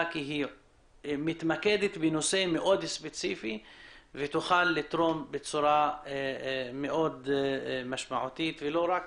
כי היא מתמקדת בנושא מאוד ספציפי ותוכל לתרום בצורה משמעותית ולא רק